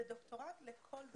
זה דוקטורט לכל דבר.